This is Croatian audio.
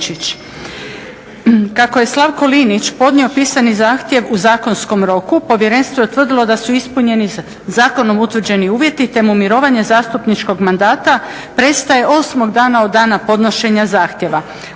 Kako je Slavko Linić podnio pisani zahtjev u zakonskom roku povjerenstvo je utvrdilo da su ispunjeni zakonom utvrđeni uvjeti te mu mirovanje zastupničkog mandata prestaje 8 dana od dana podnošenja zahtjeva,